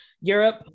Europe